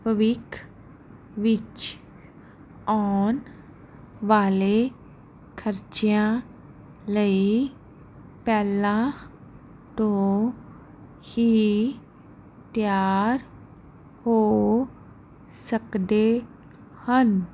ਭਵਿੱਖ ਵਿੱਚ ਆਉਣ ਵਾਲੇ ਖਰਚਿਆਂ ਲਈ ਪਹਿਲਾਂ ਤੋਂ ਹੀ ਤਿਆਰ ਹੋ ਸਕਦੇ ਹਨ